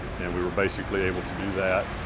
and we were basically able to do that.